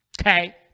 Okay